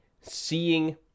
Seeing